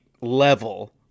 level